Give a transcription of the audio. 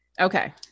Okay